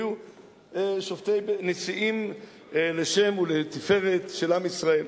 והיו נשיאים לשם ולתפארת של עם ישראל,